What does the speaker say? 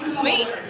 sweet